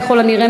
ככל הנראה,